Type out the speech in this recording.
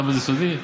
למה, זה סודי?